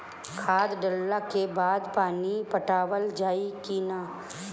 खाद डलला के बाद पानी पाटावाल जाई कि न?